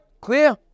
Clear